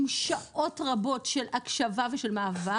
עם שעות רבות של הקשבה ושל מעבר